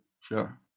sure